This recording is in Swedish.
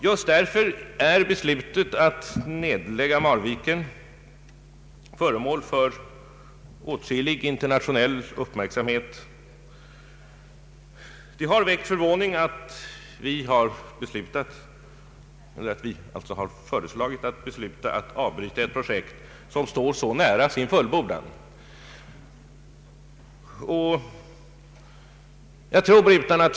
Just därför är förslaget att nedlägga Marviken föremål för åtskillig internationell uppmärksamhet. Det har väckt förvåning att vi har föreslagit att beslut fattas om att avbryta ett projekt som står så nära sin fullbordan.